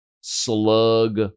Slug